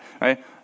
right